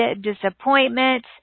disappointment